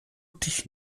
dich